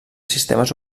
sistemes